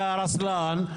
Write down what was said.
רוסלן,